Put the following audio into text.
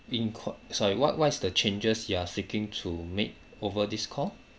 in called sorry what what is the changes you are seeking to make over this call